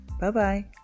Bye-bye